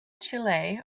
chile